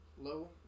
low